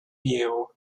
view